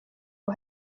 ubu